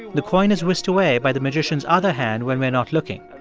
the coin is whisked away by the magician's other hand when we're not looking.